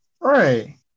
Right